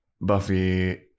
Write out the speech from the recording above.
Buffy